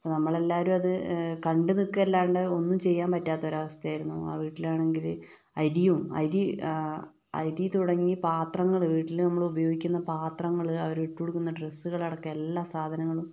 അപ്പോൾ നമ്മളെല്ലാരും അത് കണ്ടു നിക്കല്ലാണ്ട് ഒന്നും ചെയ്യാൻ പറ്റാത്ത ഒരു അവസ്ഥായായിരുന്നു ആ വീട്ടിലാണെങ്കില് അരിയും അരി അരി തുടങ്ങി പാത്രങ്ങള് വീട്ടില് നമ്മള് ഉപയോഗിക്കുന്ന പാത്രങ്ങള് അവര് ഇട്ടിരിക്കുന്ന ഡ്രെസ്സുകളടക്കം എല്ലാ സാധനങ്ങളും